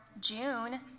June